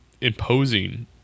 imposing